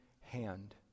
hand